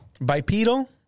bipedal